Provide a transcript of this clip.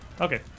Okay